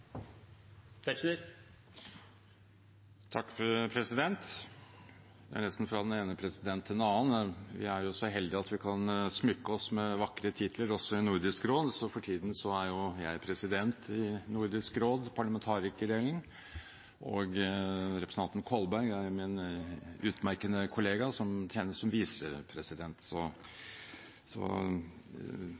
regionen. Takk, president – forresten fra den ene president til den annen. Vi er så heldige at vi kan smykke oss med vakre titler også i Nordisk råd. For tiden er jeg president i Nordisk råd, parlamentarikerdelen, og representanten Kolberg er min utmerkede kollega og tjener som visepresident. Det er flotte benevnelser vi har. Det går på rotasjon, så